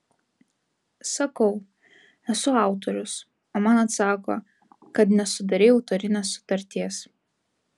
sakau esu autorius o man atsako kad nesudarei autorinės sutarties